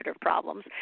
problems